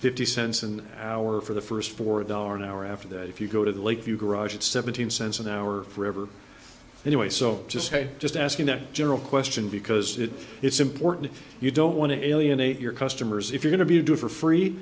fifty cents an hour for the first for a dollar an hour after that if you go to the lakeview garage it's seventeen cents an hour forever anyway so just just asking a general question because it's important you don't want to alienate your customers if you're going to do it for free